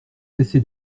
cessé